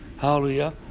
Hallelujah